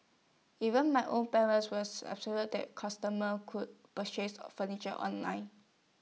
even my own parents were that customers could purchase A furniture online